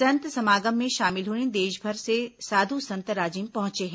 संत समागम में शामिल होने देशभर से साधु संत राजिम पहुंचे हैं